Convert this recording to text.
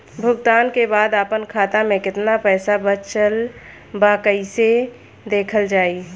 भुगतान के बाद आपन खाता में केतना पैसा बचल ब कइसे देखल जाइ?